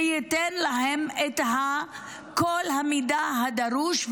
וייתן להם את כל המידע הדרוש,